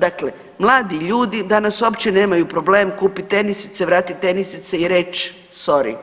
Dakle, mladi ljudi danas uopće nemaju problem kupit tenisice, vratit tenisice i reć sory